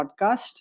Podcast